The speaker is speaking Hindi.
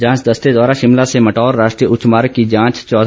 जांच दस्ते द्वारा शिमला से मटौर राष्ट्रीय उच्च मार्ग की जांच तक की जाएगी